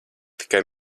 tikai